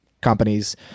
companies